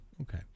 okay